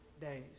days